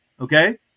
Okay